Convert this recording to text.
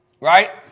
Right